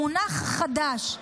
מונח חדש: